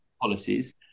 policies